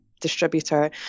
distributor